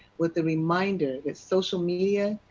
with the reminder that social media,